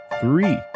three